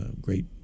great